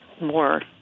more